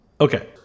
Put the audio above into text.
okay